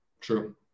True